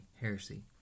heresy